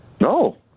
No